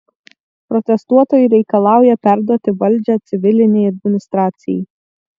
protestuotojai reikalauja perduoti valdžią civilinei administracijai